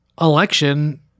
election